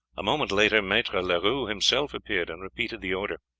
a moment later maitre leroux himself appeared and repeated the order.